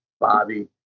Bobby